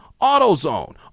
AutoZone